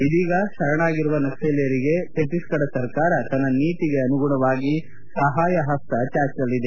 ಇದೀಗ ಶರಣಾಗಿರುವ ನಕ್ಷಲೀಯರಿಗೆ ಭತ್ತೀಸ್ಗಢ ಸರ್ಕಾರ ತನ್ನ ನೀತಿಗೆ ಅನುಗುಣವಾಗಿ ಸಹಾಯಹಸ್ತ ಚಾಚಲಿದೆ